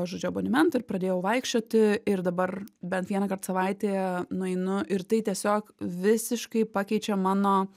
žodžiu abonementą ir pradėjau vaikščioti ir dabar bent vieną kart savaitėje nueinu ir tai tiesiog visiškai pakeičia mano